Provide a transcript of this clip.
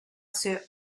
sir